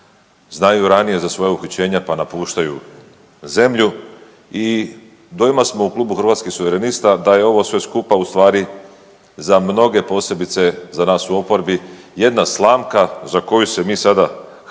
znaju ranije za svoja uhićenja pa napuštaju zemlju. I dojma smo u klubu Hrvatskih suverenista da je ovo sve skupa u stvari za mnoge, posebice za nas u oporbi jedna slamka za koju se mi sada hvatamo